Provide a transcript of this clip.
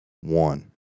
one